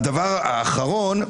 הדבר האחרון.